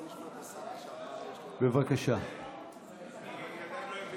הצעת החוק מבקשת לקבוע כי הגורם בכוונה